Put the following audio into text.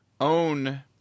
Own